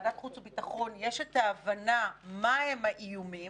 כוועדת חוץ וביטחון יש את ההבנה מהם האיומים,